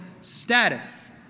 status